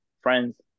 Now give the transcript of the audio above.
friends